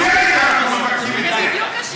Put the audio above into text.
ובצדק אנחנו מבקשים את זה.